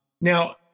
Now